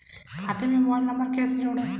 खाते से mobile number कैसे जोड़ें?